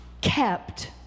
kept